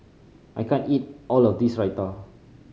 I can't eat all of this Raita